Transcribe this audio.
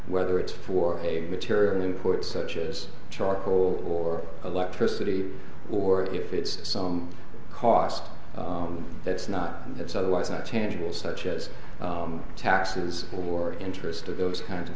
whether it's for a material import such as charcoal or electricity or if it's some cost that's not it's otherwise not tangible such as taxes or interest or those kinds of